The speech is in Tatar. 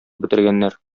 бетергәннәр